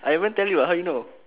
I haven't tell you how you know